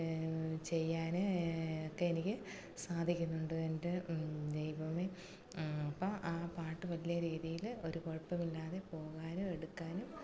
ചെയ്യാൻ ഒക്കെയെനിക്ക് സാധിക്കുന്നുണ്ട് എൻ്റെ ദൈവമെ അപ്പം ആ പാട്ടു വലിയ രീതിയിൽ ഒരു കുഴപ്പമില്ലാതെ പോകാനും എടുക്കാനും